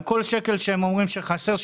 על כל שקל שהם אומרים שחסר,